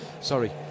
Sorry